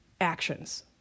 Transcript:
actions